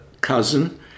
cousin